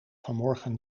vanmorgen